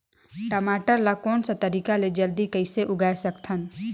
टमाटर ला कोन सा तरीका ले जल्दी कइसे उगाय सकथन?